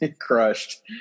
crushed